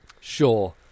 Sure